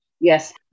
Yes